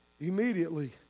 immediately